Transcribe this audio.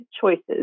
choices